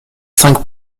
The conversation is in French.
cinq